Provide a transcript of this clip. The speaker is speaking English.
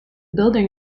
building